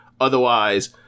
Otherwise